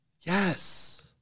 Yes